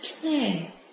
play